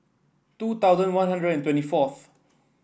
two thousand One Hundred twenty fourth